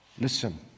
listen